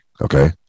okay